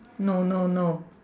no no no